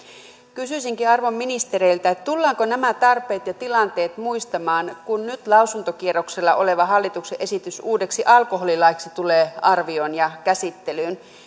kysyisinkin arvon ministereiltä tullaanko nämä tarpeet ja tilanteet muistamaan kun nyt lausuntokierroksella oleva hallituksen esitys uudeksi alkoholilaiksi tulee arvioon ja käsittelyyn